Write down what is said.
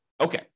Okay